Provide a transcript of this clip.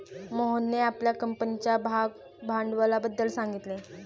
मोहनने आपल्या कंपनीच्या भागभांडवलाबद्दल सांगितले